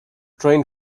train